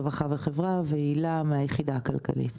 רווחה וחברה והילה מהיחידה הכלכלית.